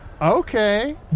Okay